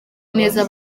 neza